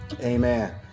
Amen